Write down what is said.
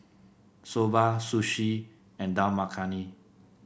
Soba Sushi and Dal Makhani